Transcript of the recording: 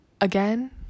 again